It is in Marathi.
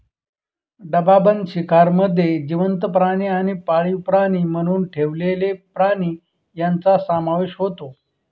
डबाबंद शिकारमध्ये जिवंत प्राणी आणि पाळीव प्राणी म्हणून ठेवलेले प्राणी यांचा समावेश होतो